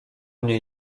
mnie